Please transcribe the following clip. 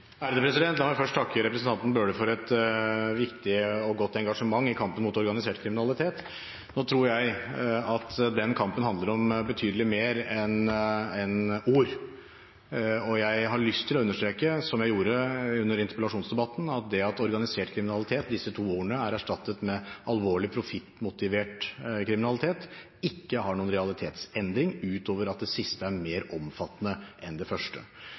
La meg først takke representanten Bøhler for et viktig og godt engasjement i kampen mot organisert kriminalitet. Nå tror jeg at den kampen handler om betydelig mer enn ord, og jeg har lyst til å understreke, som jeg gjorde under interpellasjonsdebatten, at det at organisert kriminalitet – disse to ordene – er erstattet med alvorlig, profittmotivert kriminalitet, ikke har noen realitetsendring utover at det siste er mer omfattende enn det første.